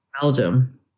Belgium